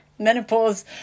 Menopause